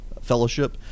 Fellowship